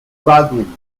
baldwin